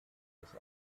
des